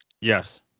Yes